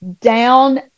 down